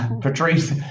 Patrice